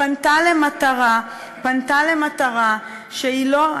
פנתה למטרה שהיא לא,